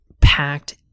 packed